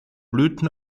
blüten